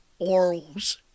orals